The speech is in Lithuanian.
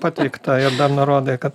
pateikta ir dar nurodai kad